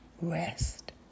rest